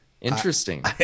Interesting